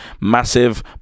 massive